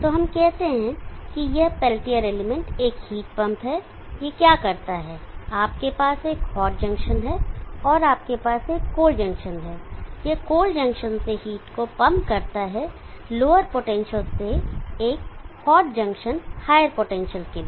तो हम कहते हैं कि यह पेल्टियर एलिमेंट एक हीट पंप है यह क्या करता है आपके पास एक हॉट जंक्शन है और आपके पास एक कोल्ड जंक्शन है यह कोल्ड जंक्शन से हीट को पंप करता है लोअर पोटेंशियल से एक हॉट जंक्शन हायर पोटेंशियल के लिए